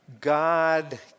God